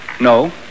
No